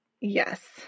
Yes